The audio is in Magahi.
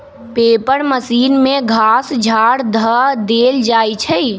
पेपर मशीन में घास झाड़ ध देल जाइ छइ